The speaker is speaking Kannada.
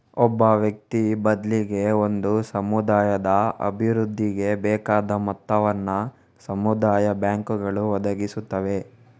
ಒಬ್ಬ ವ್ಯಕ್ತಿ ಬದ್ಲಿಗೆ ಒಂದು ಸಮುದಾಯದ ಅಭಿವೃದ್ಧಿಗೆ ಬೇಕಾದ ಮೊತ್ತವನ್ನ ಸಮುದಾಯ ಬ್ಯಾಂಕುಗಳು ಒದಗಿಸುತ್ತವೆ